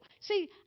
See